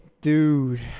Dude